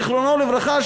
זיכרונו לברכה,